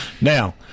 Now